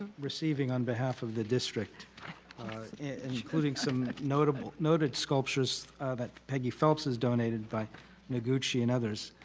ah receiving on behalf of the district including some notable noted sculptures that peggy phelps has donated by noguchi and others.